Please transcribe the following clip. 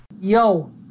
yo